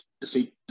defeat